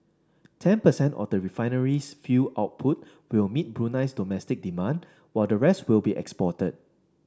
ten percent of the refinery's fuel output will meet Brunei's domestic demand while the rest will be exported